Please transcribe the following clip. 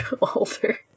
older